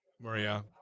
Maria